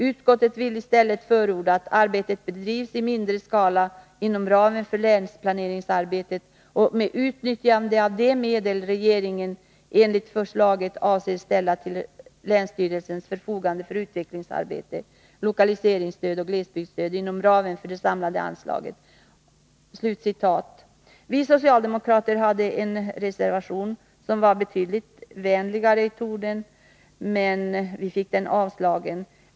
Utskottet vill i stället förorda att arbetet bedrivs i mindre skala inom ramen för länsplaneringsarbetet och med utnyttjande av de medel regeringen enligt förslaget avses ställa till länsstyrelsens förfogande för utvecklingsarbete, lokaliseringsstöd och glesbygdsstöd inom ramen för det samlade anslaget.” Vi socialdemokrater hade då en reservation som var betydligt vänligare i tonen, men vi fick den avslagen.